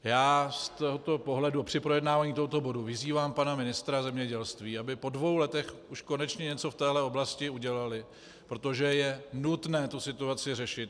Já z tohoto pohledu při projednávání tohoto bodu vyzývám pana ministra zemědělství, aby po dvou letech už konečně něco v téhle oblasti udělali, protože je nutné situaci řešit.